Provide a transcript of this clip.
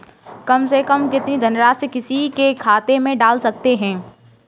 कम से कम कितनी धनराशि किसी के खाते में डाल सकते हैं?